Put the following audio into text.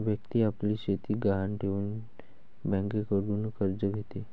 व्यक्ती आपली शेती गहाण ठेवून बँकेकडून कर्ज घेते